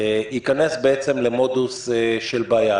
ייכנס בעצם למודוס של בעיה,